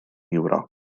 ewrop